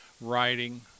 writing